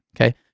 okay